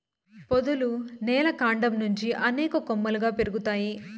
పొదలు నేల కాండం నుంచి అనేక కొమ్మలుగా పెరుగుతాయి